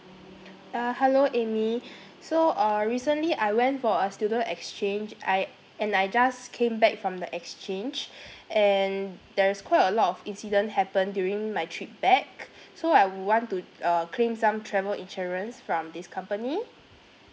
uh hello amy so uh recently I went for a student exchange I and I just came back from the exchange and there's quite a lot of incident happen during my trip back so I would want to uh claim some travel insurance from this company